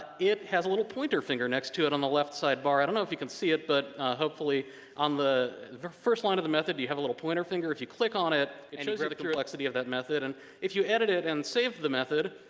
it has a little pointer finger next to it on the left side bar. i don't know if you can see it, but hopefully on the the first line of the method, you have a little pointer finger. if you click on it, it shows you the complexity of that method. and if you edit and save the method,